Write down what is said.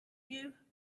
you